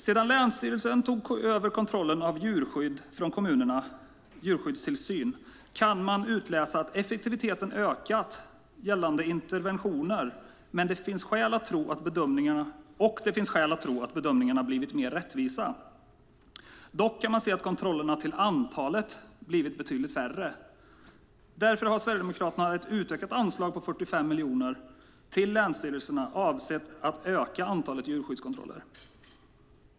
Sedan länsstyrelserna tog över kontrollen av djurskyddstillsynen från kommunerna kan man utläsa att effektiviteten har ökat gällande interventionerna, och det finns skäl att tro att bedömningarna har blivit mer rättvisa. Dock kan man se att kontrollerna till antalet har blivit betydligt färre. Därför har Sverigedemokraterna ett utökat anslag på 45 miljoner till länsstyrelserna, avsett att öka antalet djurskyddskontroller.